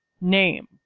name